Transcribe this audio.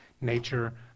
nature